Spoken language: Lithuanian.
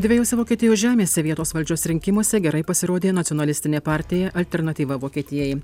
dvejose vokietijos žemėse vietos valdžios rinkimuose gerai pasirodė nacionalistinė partija alternatyva vokietijai